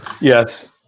Yes